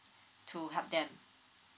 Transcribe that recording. to help them